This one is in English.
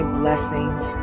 blessings